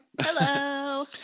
Hello